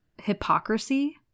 hypocrisy